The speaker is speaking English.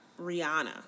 Rihanna